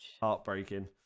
heartbreaking